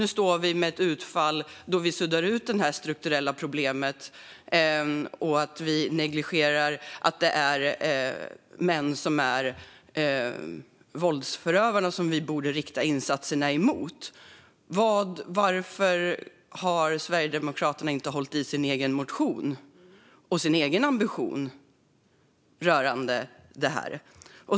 Nu står vi med ett utfall som innebär att vi suddar ut detta strukturella problem och negligerar att det är män som är våldsförövarna och som vi borde rikta insatserna mot. Varför har Sverigedemokraterna inte stått fast vid sin egen motion och ambition gällande detta?